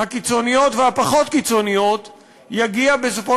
הקיצוניות והפחות-קיצוניות יגיע בסופו